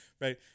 Right